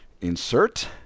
insert